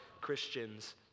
Christians